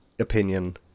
opinion